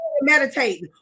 meditating